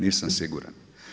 Nisam siguran.